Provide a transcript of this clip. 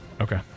okay